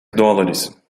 dólares